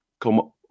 come